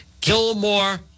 Gilmore